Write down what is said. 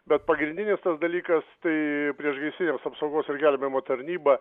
bet pagrindinis tas dalykas tai priešgaisrinės apsaugos ir gelbėjimo tarnyba